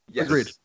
Agreed